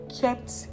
kept